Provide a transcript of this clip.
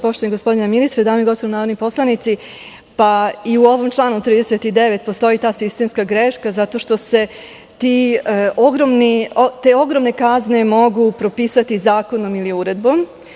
Poštovani gospodine ministre, dame i gospodo narodni poslanici, i u ovom članu 39. postoji ta sistemska greška, zato što se te ogromne kazne mogu propisati zakonom ili uredbom.